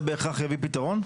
זה בהכרח יביא פתרון?